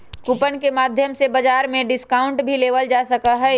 coupon के माध्यम से बाजार में डिस्काउंट भी लेबल जा सका हई